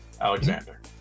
alexander